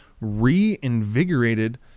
reinvigorated